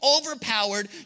overpowered